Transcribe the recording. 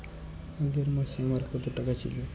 আগের মাসে আমার কত টাকা ছিল?